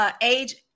age